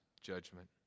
judgment